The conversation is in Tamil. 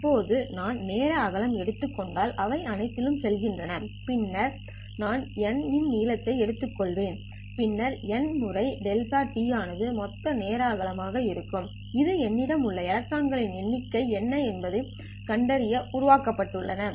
இப்போது நான் நேர அகலம் எடுத்துக் கொண்டால் அவை அனைத்திலும் செல்கின்றன பின்னர் நான் N இன் நீளத்தை எடுத்துக்கொள்வேன் பின்னர் N முறை δ t ஆனது மொத்த நேர அகலம் ஆக இருக்கும் இது என்னிடம் உள்ள எலக்ட்ரான்கள் எண்ணிக்கை என்ன என்பதைக் கண்டறியவும் உருவாக்கப்பட்டுள்ளன